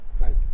right